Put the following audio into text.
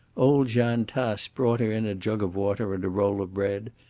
old jeanne tace brought her in a jug of water and a roll of bread,